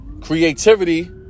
creativity